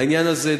העניין הזה,